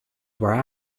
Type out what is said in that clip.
were